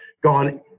gone